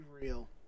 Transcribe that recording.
real